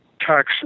tax